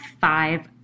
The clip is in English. five